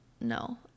no